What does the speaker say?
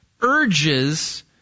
urges